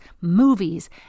movies